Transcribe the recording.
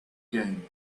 game